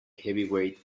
heavyweight